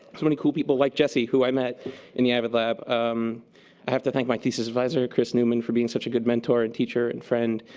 so many cool people like jesse, who i met in the avid lab. i have to thank my thesis advisor chris newman for being such a good mentor and teacher and friend.